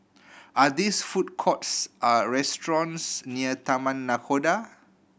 are these food courts a restaurants near Taman Nakhoda